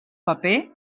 paper